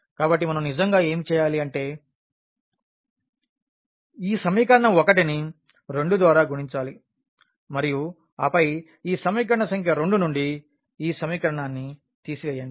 కాబట్టి మనం నిజంగా ఏమి చేయాలి అంటే ఈ సమీకరణం 1ని 2 ద్వారా గుణించాలి మరియు ఆపై ఈ సమీకరణ సంఖ్య 2 నుండి ఈ సమీకరణాన్ని తీసివేయండి